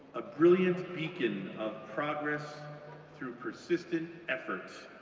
a brilliant beacon of progress through persistent efforts.